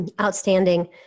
Outstanding